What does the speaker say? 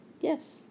Yes